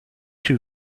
too